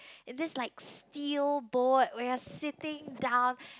and this like steel boat where you're sitting down